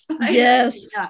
Yes